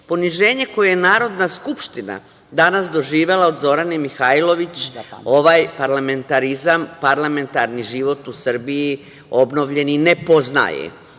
ko od nas pojedinačno, danas doživela od Zorane Mihajlović, ovaj parlamentarizam, parlamentarni život u Srbiji obnovljeni i ne poznaje.